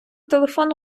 телефон